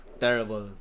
terrible